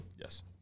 Yes